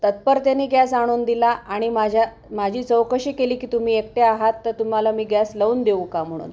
तत्परतेने गॅस आणून दिला आणि माझ्या माझी चौकशी केली की तुम्ही एकट्या आहात तर तुम्हाला मी गॅस लावून देऊ का म्हणून